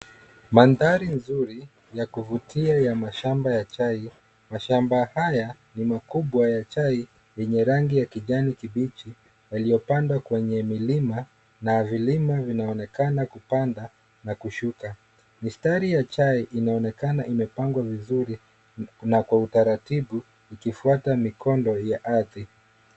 Mandhari nzuri ya kuvutia ya mashamba ya chai. Mashamba haya ni makubwa ya chai yenye rangi ya kijani kibichi, yaliyopandwa kwenye milima na vilima vinaonekana kupanda na kushuka. Mistari ya chai inaonekana imepangwa vizuri na kwa utaratibu ikifuata mikondo ya ardhi.